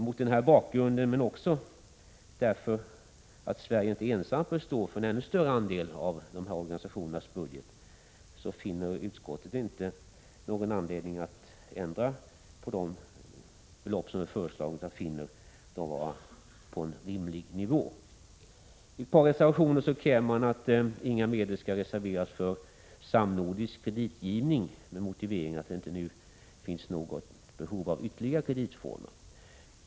Mot den här bakgrunden, men också därför att Sverige inte ensamt bör stå för en ännu större andel av dessa organisationers budget, finner utskottet ingen anledning att ändra på de föreslagna beloppen utan anser dem ligga på en rimlig nivå. I ett par reservationer kräver man att inga medel skall reserveras för samnordisk kreditgivning med motiveringen att det nu inte finns behov av ytterligare kreditformer.